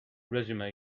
resume